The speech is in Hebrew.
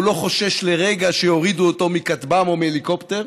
הוא לא חושש לרגע שיורידו אותו מכטב"מ או מהליקופטר,